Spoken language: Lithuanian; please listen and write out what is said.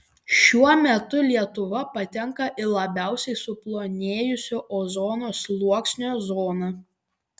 šiuo metu lietuva patenka į labiausiai suplonėjusio ozono sluoksnio zoną